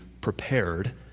prepared